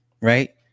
right